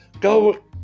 go